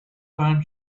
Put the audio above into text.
time